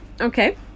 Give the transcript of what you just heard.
Okay